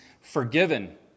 forgiven